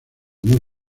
muy